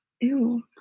ew